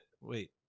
Wait